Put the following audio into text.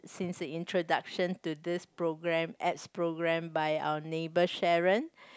since its introduction to this program ex program by our neighbour Sharon